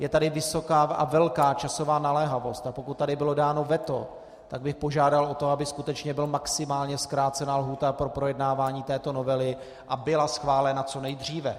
Je tady vysoká a velká časová naléhavost, a pokud tady bylo dáno veto, tak bych požádal o to, aby skutečně byla maximálně zkrácena lhůta pro projednávání této novely a byla schválena co nejdříve.